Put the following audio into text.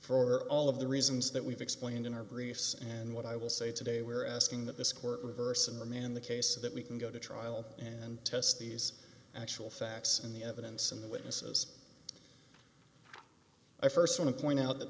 for all of the reasons that we've explained in our briefs and what i will say today we're asking that this court reverse and remand the case that we can go to trial and test these actual facts and the evidence and the witnesses i st want to point out that